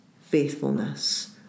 faithfulness